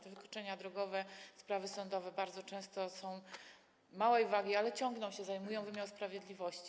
Te wykroczenia drogowe, sprawy sądowe bardzo często są małej wagi, ale ciągną się, zajmują wymiar sprawiedliwości.